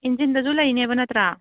ꯏꯟꯖꯤꯟꯗꯖꯨ ꯂꯩꯅꯦꯕ ꯅꯠꯇ꯭ꯔꯥ